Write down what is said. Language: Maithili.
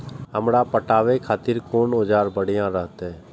हमरा पटावे खातिर कोन औजार बढ़िया रहते?